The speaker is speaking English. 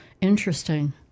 Interesting